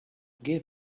give